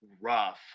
rough